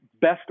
best